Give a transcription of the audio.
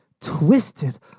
twisted